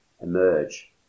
emerge